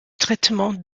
traitement